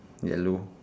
yellow